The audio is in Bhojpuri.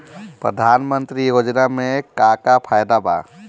प्रधानमंत्री योजना मे का का फायदा बा?